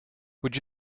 would